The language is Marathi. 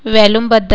व्हॅलुम बंद